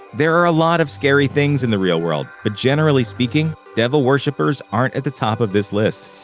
there are a lot of scary things in the real world, but generally speaking, devil worshippers aren't at the top of this list.